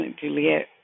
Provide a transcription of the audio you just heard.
Juliet